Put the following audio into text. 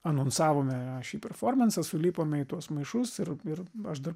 anonsavome šį performansą sulipome į tuos maišus ir ir aš dar